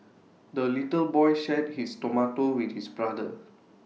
the little boy shared his tomato with his brother